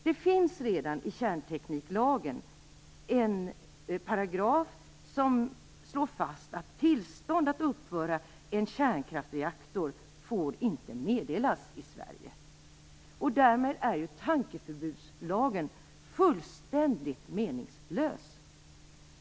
Det finns redan i kärntekniklagen en paragraf där det slås fast att tillstånd att uppföra en kärnkraftsreaktor inte får meddelas i Sverige. Därmed är tankeförbudslagen fullständigt meningslös.